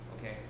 okay